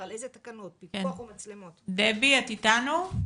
את איתנו?